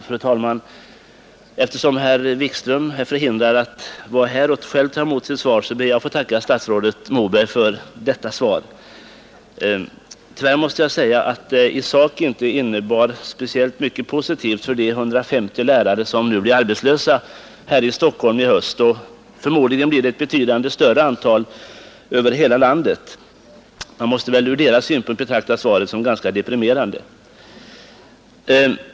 Fru talman! Eftersom herr Wikström är förhindrad att vara här och själv ta emot sitt svar ber jag att få tacka statsrådet Moberg för detta svar. Tyvärr måste jag säga att det i sak inte innebär speciellt mycket positivt för de 150 lärare som nu blir arbetslösa här i Stockholm i höst — förmodligen blir det ett större antal över hela landet. Man måste ur deras synpunkt betrakta svaret som ganska deprimerande.